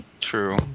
true